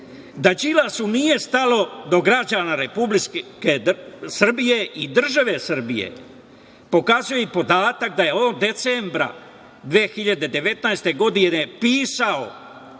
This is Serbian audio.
Đilasu nije stalo do građana Republike Srbije i države Srbije, pokazuje i podatak da je on decembra 2019. godine pisao